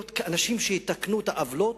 להיות אנשים שיתקנו את העוולות,